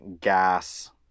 gas